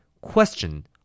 Question